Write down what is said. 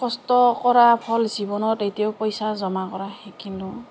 কষ্ট কৰা ফল জীৱনত এতিয়াও পইচা জমা কৰা শিকিলোঁ